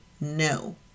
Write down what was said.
no